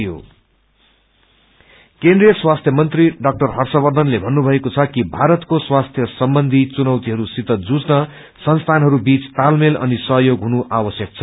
help चार्स्तिजेस केन्द्रिय स्वास्थ्यमंत्री झा हर्षवर्षनले भन्नुभएको छ कि भारतको स्वास्थ्य सम्बन्ची चुनौतीहरूसित जुझ्न संस्थानहरूबीच तालमेल अनि सहयोग हुनु आवश्यक छ